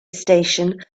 station